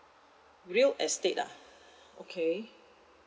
real estate ah okay